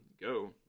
go